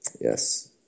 Yes